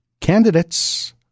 candidates